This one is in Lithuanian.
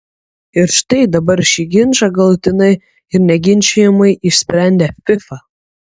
ir štai dabar šį ginčą galutinai ir neginčijamai išsprendė fifa